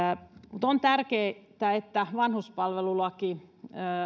mutta on tärkeätä että vanhuspalvelulaki